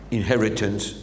inheritance